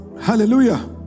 Hallelujah